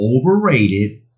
overrated